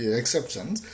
exceptions